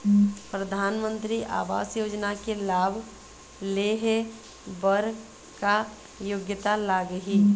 परधानमंतरी आवास योजना के लाभ ले हे बर का योग्यता लाग ही?